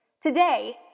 Today